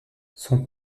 son